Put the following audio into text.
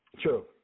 True